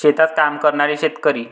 शेतात काम करणारे शेतकरी